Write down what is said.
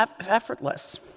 effortless